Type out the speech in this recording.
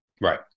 right